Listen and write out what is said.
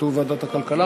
כתוב פה ועדת הכלכלה.